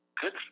Good